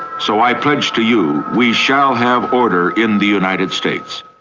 so i pledge to you, we shall have order in the united states.